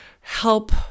help